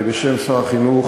בשם שר החינוך,